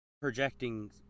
projecting